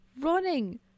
running